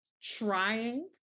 trying